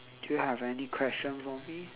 do you have any question for me